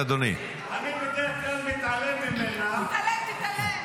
את לא רוצה להכחיש את הטבח שהיה באוקטובר?